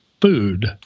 Food